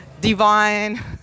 divine